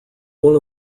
one